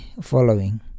following